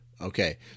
Okay